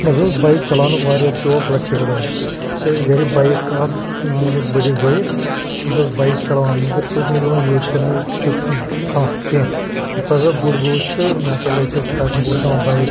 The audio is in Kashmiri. مےٚ ہَسا اوس بایِک چَلاونُک واریاہ شوق لَکٹہِ پٮ۪ٹھَے اَسہِ ٲسۍ گَرِ بایِک اَکھ میٛٲنِس بٔڈِس بٲیِس سُہ ہَسا اوس بایِک چَلاوان مگر سُہ اوس نہٕ مےٚ دِوان یوٗز کَرنہٕ تیُٚتھ کانٛہہ کینٛہہ یُتھ کال سا بہٕ بوٚڑ گوٚوُس تہٕ مےٚ ہَسا لٲج سۄ سٹاٹ بہٕ اوسُس نِوان بایِک